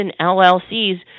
LLCs